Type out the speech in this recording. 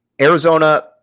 Arizona